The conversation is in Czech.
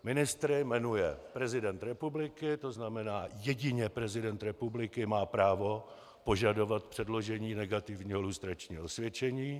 Ministry jmenuje prezident republiky, to znamená, jedině prezident republiky má právo požadovat předložení negativního lustračního osvědčení.